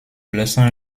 blessant